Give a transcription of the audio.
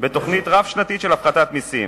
תוכנית רב-שנתית של הפחתת מסים.